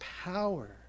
power